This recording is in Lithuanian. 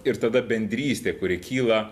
ir tada bendrystė kuri kyla